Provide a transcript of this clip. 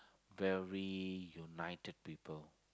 very united people